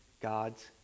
God's